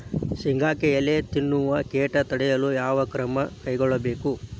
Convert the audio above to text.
ಶೇಂಗಾಕ್ಕೆ ಎಲೆ ತಿನ್ನುವ ಕೇಟ ತಡೆಯಲು ಯಾವ ಕ್ರಮ ಕೈಗೊಳ್ಳಬೇಕು?